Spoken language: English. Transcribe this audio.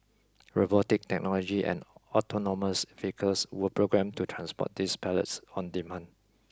robotic technology and autonomous vehicles were programmed to transport these pallets on demand